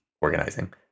organizing